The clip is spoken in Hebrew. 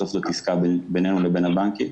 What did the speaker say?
בסוף זאת עסקה בינינו ובין הבנקים.